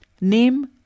Name